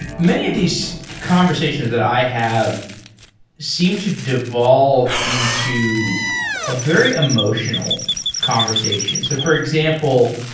many of these conversations that i have seem to devolve into a very emotional conversation. so for example,